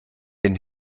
den